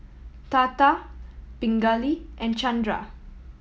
Tata Pingali and Chandra